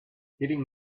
hitting